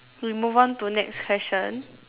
we move on to next question